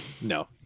No